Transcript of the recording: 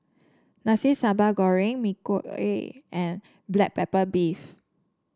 Nasi Sambal Goreng Mee Kuah and Black Pepper Beef